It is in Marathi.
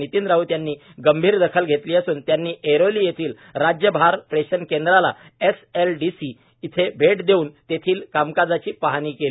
नितीन राऊत यांनी गंभीर दखल घेतली असून त्यांनी ऐरोली येथील राज्य भार प्रेषण केंद्राला एसएलडीसी भेट देऊन तेथील कामकाजाची पाहणी केली